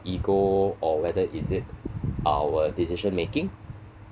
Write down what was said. ego or whether is it our decision making